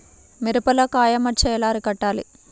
మిరపలో కాయ మచ్చ ఎలా అరికట్టాలి?